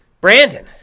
Brandon